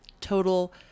total